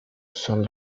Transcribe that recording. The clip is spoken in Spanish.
son